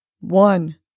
one